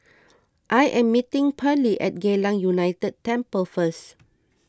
I am meeting Pearley at Geylang United Temple first